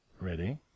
Ready